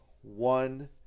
one